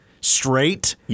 straight